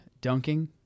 dunking